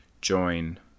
join